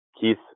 Keith